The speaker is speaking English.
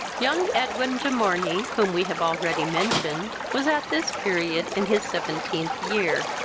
young edwin de morney, whom we have already mentioned, was at this period in his seventeenth year,